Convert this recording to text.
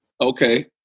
Okay